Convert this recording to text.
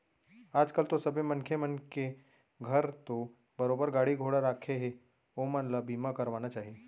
आज कल तो सबे मनखे मन के घर तो बरोबर गाड़ी घोड़ा राखें हें ओमन ल बीमा करवाना चाही